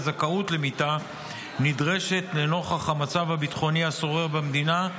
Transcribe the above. זכאות למיטה נדרשת נוכח המצב הביטחוני השורר במדינה,